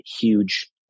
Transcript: huge